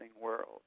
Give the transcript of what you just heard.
world